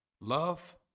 Love